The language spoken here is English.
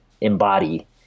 embody